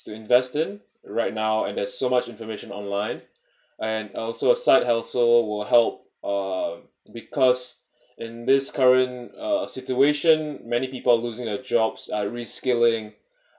to invest in right now and there's so much information online and also a side hustle will help uh because in this current uh situation many people losing their jobs are rescaling